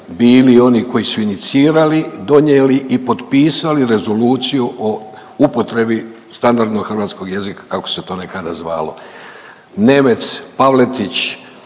bili oni koji su inicirali, donijeli i potpisali Rezoluciju o upotrebi standardnog hrvatskog jezika kako se to nekada zvalo. Nemec, Pavletić,